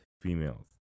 females